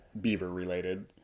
beaver-related